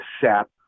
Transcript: sap